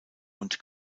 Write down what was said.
und